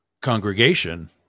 congregation